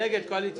מי נמנע?